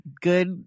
good